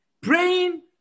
praying